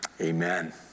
Amen